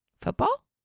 Football